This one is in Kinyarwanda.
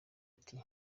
ati